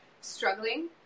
struggling